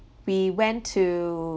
we went to